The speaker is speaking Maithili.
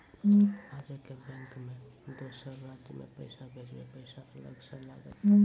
आजे के बैंक मे दोसर राज्य मे पैसा भेजबऽ पैसा अलग से लागत?